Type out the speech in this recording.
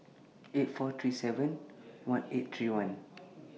eight four three seven one eight three one